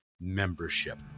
membership